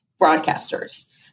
broadcasters